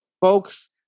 Folks